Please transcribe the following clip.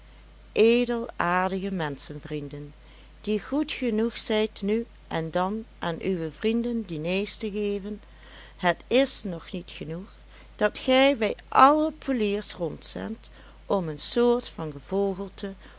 edelaardige menschenvrienden die goed genoeg zijt nu en dan aan uwe vrienden diners te geven het is nog niet genoeg dat gij bij alle poeliers rondzendt om een soort van gevogelte